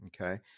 Okay